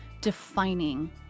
defining